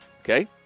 Okay